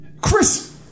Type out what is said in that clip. Chris